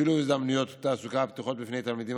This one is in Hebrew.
בשילוב הזדמנויות תעסוקה הפתוחות בפני תלמידים